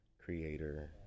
creator